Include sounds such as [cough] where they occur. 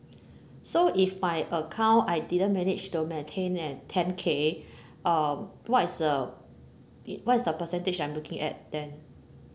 so if my account I didn't manage to maintain at ten K [breath] uh what is the what is the percentage I'm looking at then